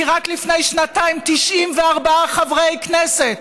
כי רק לפני שנתיים 94 חברי כנסת,